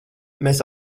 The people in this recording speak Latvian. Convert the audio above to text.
mēs